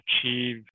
achieve